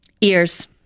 Ears